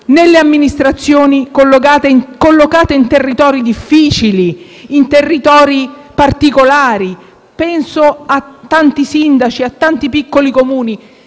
nelle amministrazioni collocate in territori difficili e particolari. Penso a tanti sindaci e a tanti piccoli Comuni.